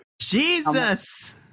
Jesus